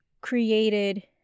created